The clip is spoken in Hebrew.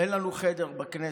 אין לנו חדר בכנסת,